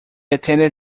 attended